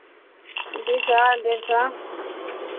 दू सए डेढ़ सए